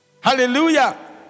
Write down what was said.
Hallelujah